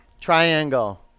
triangle